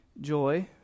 Joy